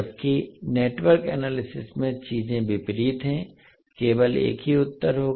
जबकि network analysis में चीजें विपरीत हैं केवल एक ही उत्तर होगा